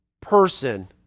person